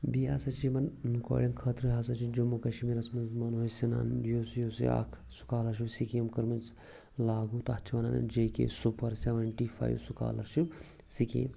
بیٚیہِ ہَسا چھِ یِمَن کورٮ۪ن خٲطرٕ ہَسا چھِ جموں کَشمیٖرَس منٛز مَنوج سِنہَن یُس یُس یہِ اَکھ سُکالَرشِپ سِکیٖم کٔرمٕژ لاگوٗ تَتھ چھِ وَنان J K super seventy five scholarship scheme